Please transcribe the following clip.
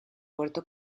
puerto